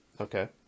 Okay